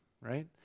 right